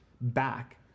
back